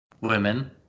Women